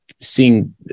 seeing